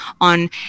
on –